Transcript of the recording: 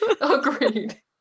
Agreed